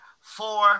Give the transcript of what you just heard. four